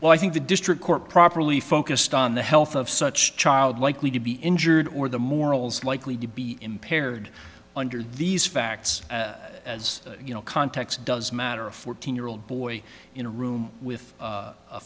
well i think the district court properly focused on the health of such child likely to be injured or the morals likely to be impaired under these facts as you know context does matter a fourteen year old boy in a room with a